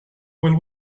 will